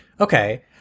Okay